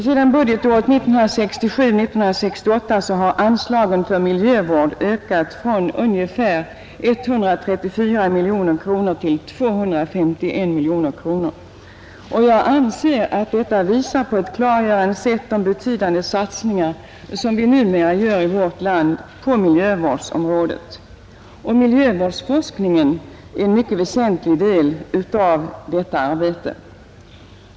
Sedan budgetåret 1967/68 har anslagen för miljövård ökat från ungefär 134 miljoner till 251 miljoner kronor, och jag anser att detta på ett klargörande sätt visar de betydande satsningar vi numera gör i vårt land på miljövårdsområdet. Miljövårdsforskningen är en mycket väsentlig del av detta arbete.